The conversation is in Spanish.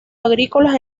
agrícolas